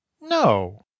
no